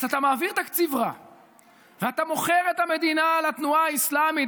אז אתה מעביר תקציב רע ואתה מוכר את המדינה לתנועה האסלאמית,